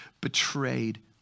betrayed